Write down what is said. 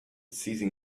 seizing